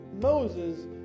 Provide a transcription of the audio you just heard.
moses